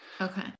okay